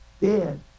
dead